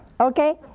okay?